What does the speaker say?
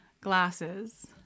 glasses